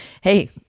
Hey